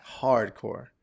Hardcore